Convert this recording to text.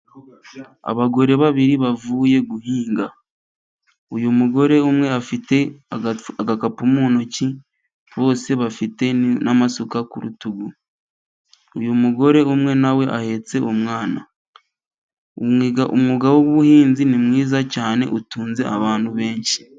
Abagore babiri bavuye guhinga ,uyu mugore umwe afite agakapu mu ntoki ,bose bafite n'amasuka ku rutugu ,uyu mugore umwe na we ahetse umwana .Umwuga w'ubuhinzi ni mwiza cyane utunze abantu benshi.